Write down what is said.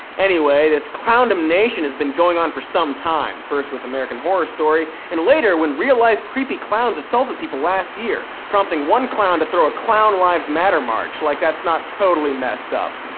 anyway, this clowndemnation has been going on for some time. first with american horror story, and later when real life creepy clowns assaulted people last year, prompting one clown to throw a clown lives matter march like that's not totally messed up.